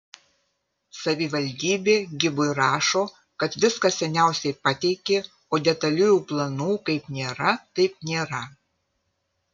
savivaldybė gibui rašo kad viską seniausiai pateikė o detaliųjų planų kaip nėra taip nėra